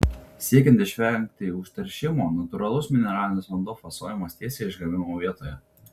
siekiant išvengti užteršimo natūralus mineralinis vanduo fasuojamas tiesiai išgavimo vietoje